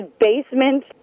basement